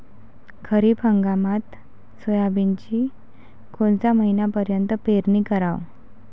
खरीप हंगामात सोयाबीनची कोनच्या महिन्यापर्यंत पेरनी कराव?